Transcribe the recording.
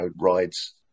rides